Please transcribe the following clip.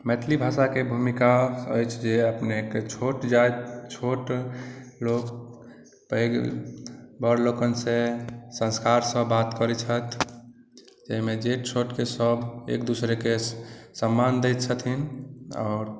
मैथिली भाषाके भूमिका अछि जे अपनेके छोट जाति छोट लोक पैघ बड़ लोकनिसँ संस्कारसँ बात करैत छथि जाहिमे जे जेठ छोटके सभ एक दोसरेके सम्मान दैत छथिन आओर